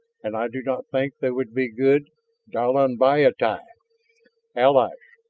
and i do not think they would be good dalaanbiyat'i allies.